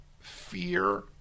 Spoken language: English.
fear